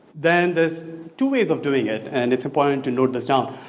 then there's two ways of doing it and it's important to know this now.